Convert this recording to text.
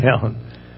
down